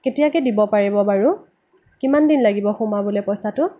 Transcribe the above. কেতিয়াকৈ দিব পাৰিব বাৰু কিমান দিন লাগিব সোমাবলৈ পইচাটো